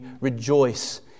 rejoice